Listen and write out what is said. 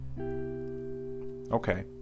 Okay